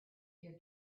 your